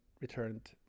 returned